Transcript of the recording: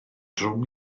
drwm